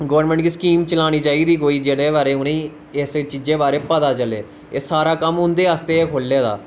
government गी scheme चलानी चाहिदी कोई जेह्दे बारे उनेंगी इस चीजै बारै गी पता चले सारा कम्म उं'दे आस्ते खुल्ले दा